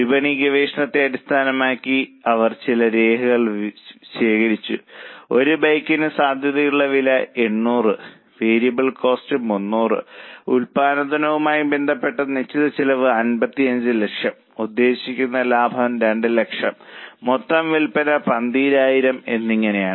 വിപണി ഗവേഷണത്തെ അടിസ്ഥാനമാക്കി അവർ ചില വിവരങ്ങൾ ശേഖരിച്ചു ഒരു ബൈക്കിന് സാധ്യതയുള്ള വില 800 വേരിയബിൾ കോസ്റ്റ് 300 ഉൽപ്പാദനവുമായി ബന്ധപ്പെട്ട നിശ്ചിത ചെലവ് 55 ലക്ഷം ഉദ്ദേശിക്കുന്ന ലാഭം 2 ലക്ഷം മൊത്തം വിൽപ്പന 12000 എന്നിങ്ങനെയാണ്